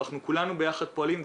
אנחנו כולנו ביחד פועלים.